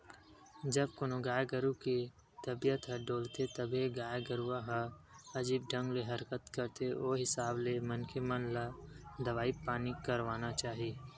जब कोनो गाय गरु के तबीयत ह डोलथे तभे गाय गरुवा ह अजीब ढंग ले हरकत करथे ओ हिसाब ले मनखे मन ल दवई पानी करवाना चाही